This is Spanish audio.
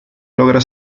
logró